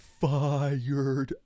fired